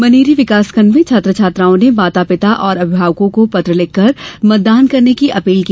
मनेरी विकासखंड में छात्र छात्राओं ने माता पिता व अभिभावकों को पत्र लिखकर मतदान करने की अपील की